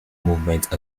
movement